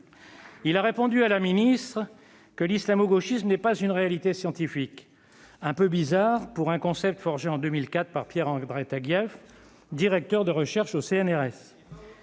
Il a répondu à la ministre que l'islamo-gauchisme n'est pas une réalité scientifique. C'est un peu bizarre pour un concept forgé en 2004 par Pierre-André Taguieff, directeur de recherche au CNRS.